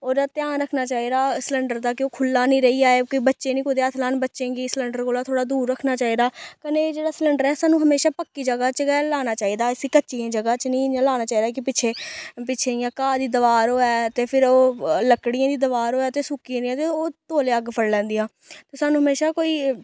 ओह्दा ध्यान रक्खना चाहिदा सलैंडर दा कि ओह् खुल्ला निं रेही जाए कि बच्चे निं कुतै हत्थ लान बच्चें गी सलैंडर कोला थोड़ा दूर रक्खना चाहिदा कन्नै एह् जेह्ड़ा सलैंडर ऐ एह् सानूं हमेशा पक्की जगह च गै लाना चाहिदा इस्सी कच्चियें जगह् च निं इ'यां लाना चाहिदा कि पिच्छै पिच्छै इ'यां घा दी दवार होवै ते फिर ओह् लकड़ियें दी दवार होवै ते सुक्की दियें ते ओह् तौले अग्ग फड़ी लैंदियां ते सानूं हमेशा कोई